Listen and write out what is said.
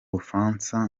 bufaransa